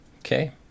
okay